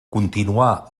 continuà